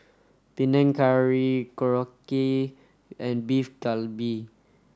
Panang Curry Korokke and Beef Galbi